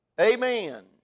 Amen